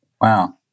Wow